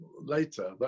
later